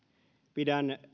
pidän